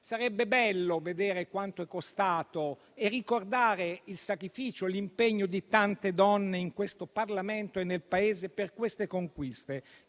Sarebbe bello vedere quanto è costato e ricordare il sacrificio, l'impegno di tante donne in questo Parlamento e nel Paese per dette conquiste.